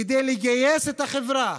כדי לגייס את החברה